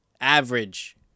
average